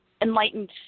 enlightened